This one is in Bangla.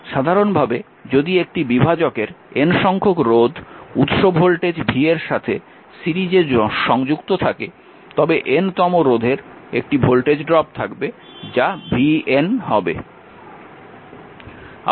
সাধারণভাবে যদি একটি বিভাজকের N সংখ্যক রোধ উৎস ভোল্টেজ v এর সাথে সিরিজে সংযুক্ত থাকে তবে n তম রোধের একটি ভোল্টেজ ড্রপ থাকবে যা vN হবে